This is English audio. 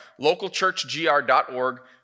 localchurchgr.org